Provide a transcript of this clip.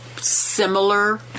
Similar